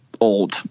old